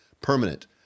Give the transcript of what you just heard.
permanent